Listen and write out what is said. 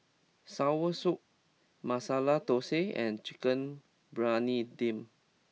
Soursop Masala Thosai and Chicken Briyani Dum